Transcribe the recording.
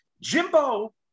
Jimbo